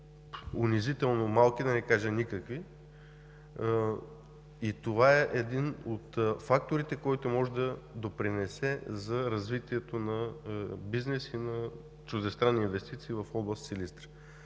унизително малки, да не кажа никакви, а това е един от факторите, който може да допринесе за развитието на бизнеса и на чуждестранните инвестиции в област Силистра.